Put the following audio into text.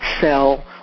sell